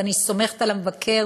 ואני סומכת על המבקר,